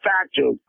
factor